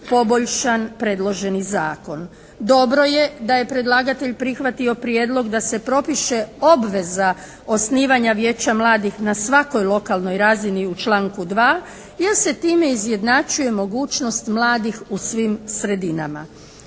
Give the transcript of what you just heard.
poboljšan predloženi Zakon. Dobro je da je predlagatelj prihvatio prijedlog da se propiše obveza osnivanja Vijeća mladih na svakoj lokalnoj razini u članku 2. jer se time izjednačuje mogućnost mladih u svim sredinama.